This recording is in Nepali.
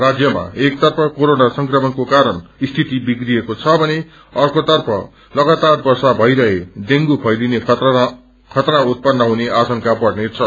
राज्यमा एकतर्फ कोरोना संक्रमणको कारण स्थिति विप्रिएको छ भने अस्क्रेतर्फ लगातार वर्षा भइरहे डेंगू फैलिने खतरा जपत्र हुने आशंका बढ़नेछ